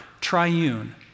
Triune